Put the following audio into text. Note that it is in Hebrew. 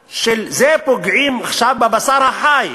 פוגעים עכשיו בבשר החי.